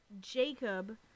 Jacob